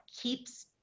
keeps